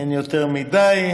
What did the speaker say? אין יותר מדי,